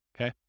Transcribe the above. okay